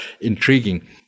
intriguing